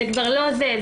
זה כבר לא זה.